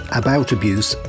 aboutabuse